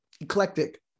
Eclectic